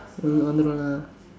hmm வந்துடும்:vandthudum lah